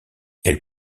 elle